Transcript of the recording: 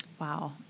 Wow